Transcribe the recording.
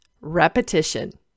Repetition